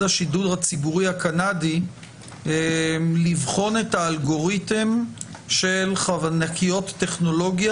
השירות הציבורי הקנדי לבחון את האלוגריתם של ענקיות טכנולוגיה